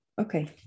Okay